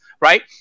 right